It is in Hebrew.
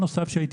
זו